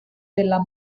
della